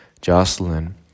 Jocelyn